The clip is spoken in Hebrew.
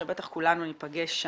שבטח כולנו ניפגש שם.